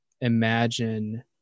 imagine